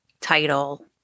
title